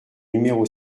numéro